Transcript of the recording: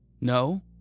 No